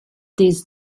this